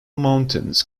mountains